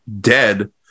dead